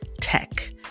Tech